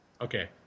Okay